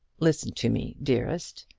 listen to me, dearest.